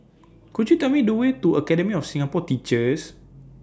Could YOU Tell Me The Way to Academy of Singapore Teachers